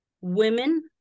women